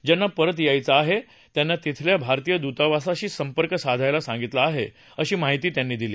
ज्यांना परत यायचं आहे त्यांना तिथल्या भारतीय दूतावासाशी संपर्क साधायला सांगितलं आहे अशी माहिती त्यांनी दिली